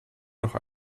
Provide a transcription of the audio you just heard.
noch